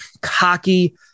cocky